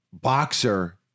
boxer